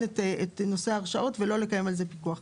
את נושא ההרשאות ולא לקיים על זה פיקוח.